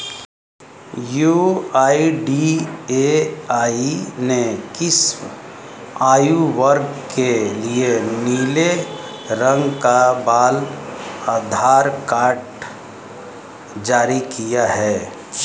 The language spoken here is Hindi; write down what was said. यू.आई.डी.ए.आई ने किस आयु वर्ग के लिए नीले रंग का बाल आधार कार्ड जारी किया है?